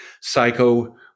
Psycho